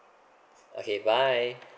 okay bye